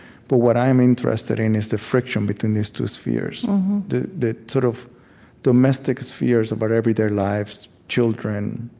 but what i am interested in is the friction between these two spheres the the sort of domestic spheres of our but everyday lives children,